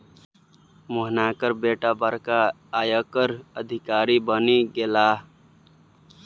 मोहनाक बेटा बड़का आयकर अधिकारी बनि गेलाह